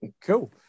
Cool